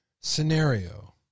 scenario